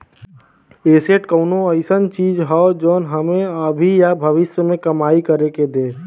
asset कउनो अइसन चीज हौ जौन हमें अभी या भविष्य में कमाई कर के दे